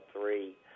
three